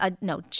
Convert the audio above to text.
No